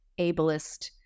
ableist